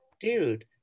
dude